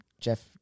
Jeff